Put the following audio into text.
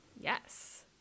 Yes